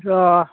र'